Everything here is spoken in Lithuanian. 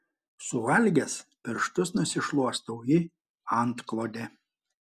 suvalgęs pirštus nusišluostau į antklodę